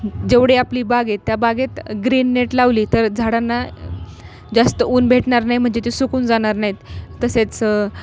जेवढी आपली बाग आहे त्या बागेत ग्रीन नेट लावली तर झाडांना जास्त ऊन भेटणार नाही म्हणजे ते सुकून जाणार नाहीत तसेच